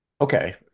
Okay